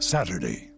Saturday